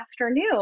afternoon